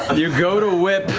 ah you go to whip,